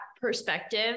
perspective